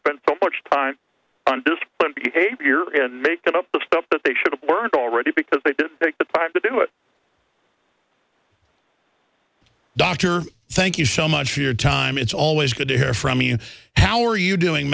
spend so much time on discipline behavior in making up the stuff that they should have weren't already because they didn't take the time to do it dr thank you so much for your time it's always good to hear from you how are you doing